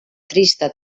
trista